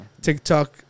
TikTok